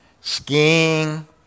skiing